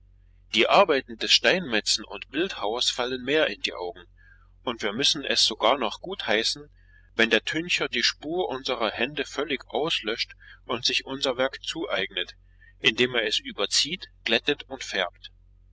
die arbeiten des steinmetzen und bildhauers fallen mehr in die augen und wir müssen es sogar noch gutheißen wenn der tüncher die spur unserer hände völlig auslöscht und sich unser werk zueignet indem er es überzieht glättet und färbt